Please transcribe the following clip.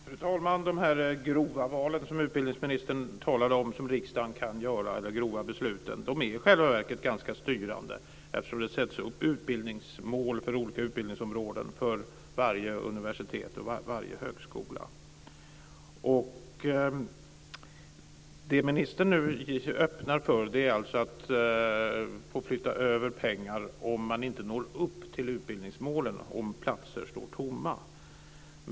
Fru talman! De grova beslut som riksdagen kan fatta, som utbildningsministern talade om, är i själva verket ganska styrande, eftersom det sätts upp utbildningsmål för olika utbildningsområden för varje universitet och högskola. Det ministern nu öppnar för är alltså att få flytta över pengar om man inte når upp till utbildningsmålen, om platser står tomma.